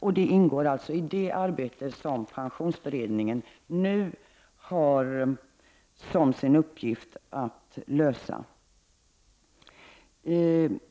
Att se till detta ingår i det arbete som pensionsberedningen nu har som sin uppgift att utföra.